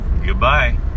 Goodbye